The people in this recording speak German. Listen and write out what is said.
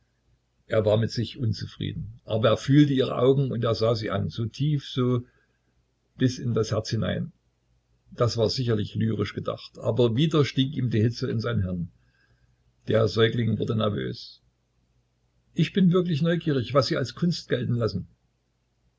er war mit sich unzufrieden aber er fühlte ihre augen und er sah sie an so tief so bis in das herz hinein das war sicher lyrisch gedacht aber wieder stieg ihm die hitze in sein hirn der säugling wurde nervös ich bin wirklich neugierig was sie als kunst gelten lassen